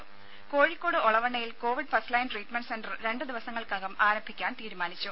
രേര കോഴിക്കോട് ഒളവണ്ണയിൽ covid first line treatment centre രണ്ട് ദിവസങ്ങൾക്കകം ആരംഭിക്കാൻ തീരുമാനിച്ചു